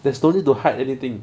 there's no need to hide anything